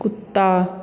कुत्ता